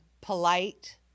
polite